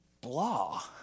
blah